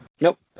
Nope